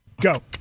Go